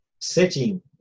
setting